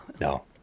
No